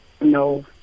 No